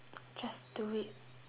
just do it